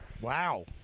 Wow